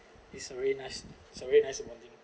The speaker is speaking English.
it's a very nice it's a very nice um bonding